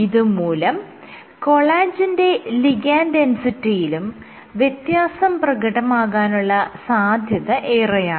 ഇത് മൂലം കൊളാജെന്റെ ലിഗാൻഡ് ഡെൻസിറ്റിയിലും വ്യത്യാസം പ്രകടമാകാനുള്ള സാധ്യത ഏറെയാണ്